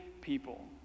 people